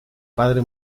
padre